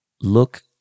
look